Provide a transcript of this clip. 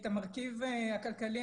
המרכיב הכלכלי,